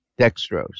dextrose